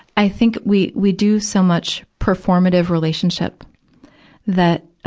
i think we, we do so much performative relationship that, ah,